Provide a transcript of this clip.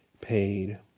paid